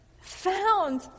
found